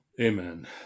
Amen